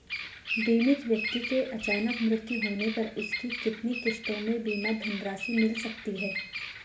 बीमित व्यक्ति के अचानक मृत्यु होने पर उसकी कितनी किश्तों में बीमा धनराशि मिल सकती है?